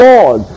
Lord